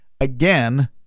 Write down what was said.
Again